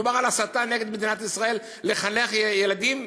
מדובר על הסתה נגד מדינת ישראל, לחנך ילדים.